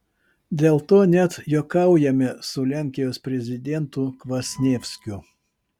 dėl to net juokaujame su lenkijos prezidentu kvasnievskiu